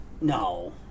no